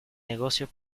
negocio